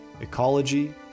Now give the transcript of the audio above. ecology